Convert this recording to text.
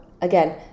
again